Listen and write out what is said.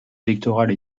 électorales